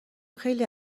خیلی